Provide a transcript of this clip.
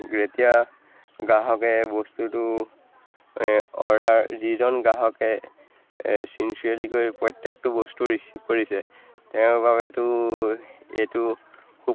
যেতিয়া গ্ৰাহকে বস্তুটো অৰ্ডাৰ যিজন গ্ৰাহকে ছিনচিয়াৰলিকৈ প্ৰত্যেকটো বস্তু ৰিচিভ কৰিছে তেওঁৰ বাবেতো এইটো খুব